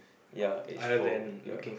ya it's for ya